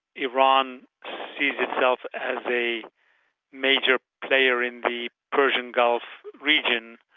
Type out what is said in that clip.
iran sees itself as a major player in the persian gulf region,